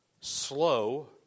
slow